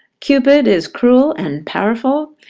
cupid is cruel and powerful.